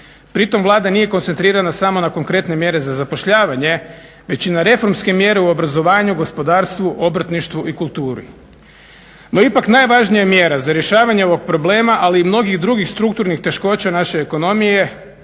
Pritom Vlada nije koncentrirana samo na konkretne mjere za zapošljavanje. Većina reformske mjere u obrazovanju, gospodarstvu, obrtništvu i kulturi. No ipak najvažnija mjera za rješavanje ovog problema, ali i mnogih drugih strukturnih teškoća naše ekonomije